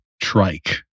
trike